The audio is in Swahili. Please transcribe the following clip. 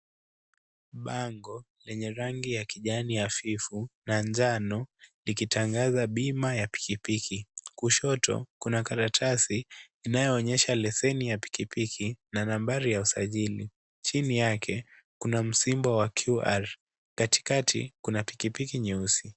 Bando lenye rangi ya kijani hafifu, na njano, likitangaza bima ya pikipiki. Kushoto kuna karatasi inayo onyesha leseni ya pikipiki, na nambari ya usajili. Chini yake kuna msimbo wa QR katikati kuna pikipiki nyeusi.